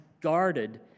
guarded